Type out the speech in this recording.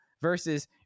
versus